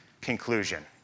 conclusion